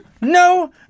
No